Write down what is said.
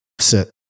sit